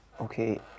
Okay